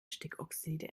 stickoxide